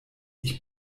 ich